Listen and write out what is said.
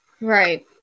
Right